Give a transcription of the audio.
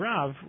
Rav